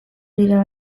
dira